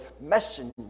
messenger